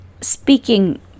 speaking